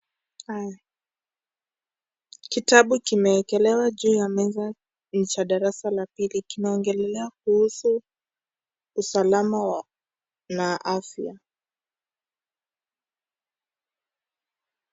Kitabu kimewekelewa juu ya meza ni cha darasa la pili ,kinaongelelea kuhusu usalama wa afya.